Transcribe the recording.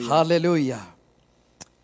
Hallelujah